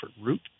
route